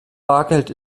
bargeld